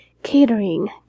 Catering